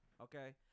okay